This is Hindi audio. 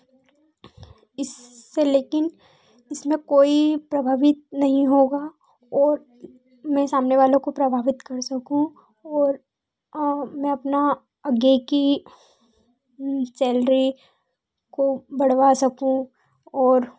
इस से लेकिन इसमें कोई प्रभवित नहीं होगा ओर मैं सामने वालों को प्रभावित कर सकूँ और मैं अपना गे कि सैल्री को बढ़वा सकूँ और